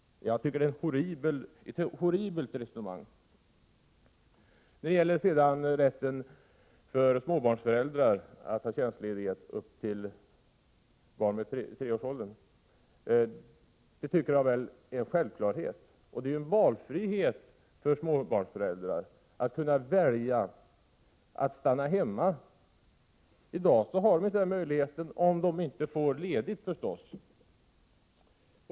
Jag tycker det är ett horribelt resonemang. Rätten för småbarnsföräldrar att få tjänstledigt upp till dess att barnet är tre år tycker jag är en självklarhet. Det är ju en fråga om valfrihet för småbarnsföräldrar att kunna välja att stanna hemma. I dag har de inte den möjligheten — om de inte får ledigt, förstås.